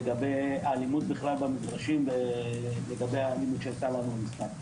לגבי האלימות במגרשים ולגבי האלימות שהיתה במשחק.